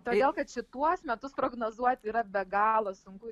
todėl kad šituos metus prognozuoti yra be galo sunku